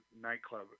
nightclub